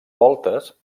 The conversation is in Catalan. voltes